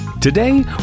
Today